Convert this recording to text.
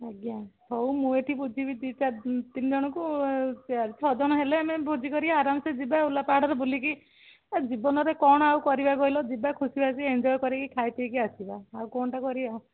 ଆଜ୍ଞା ହଉ ମୁଁ ଏଠି ବୁଝିବି ଦୁଇ ଚାରି ତିନି ଜଣଙ୍କୁ ଛଅ ଜଣ ହେଲେ ଆମେ ଭୋଜି କରି ଆରାମସେ ଯିବା ଉଲା ପାହାଡ଼ରେ ବୁଲିକି ଜୀବନରେ କ'ଣ ଆଉ କରିବା କହିଲ ଯିବା ଖୁସି ଆସି ଏଞ୍ଜଏ କରିକି ଖାଇ ପିଇକି ଆସିବା ଆଉ କ'ଣଟା କରିବା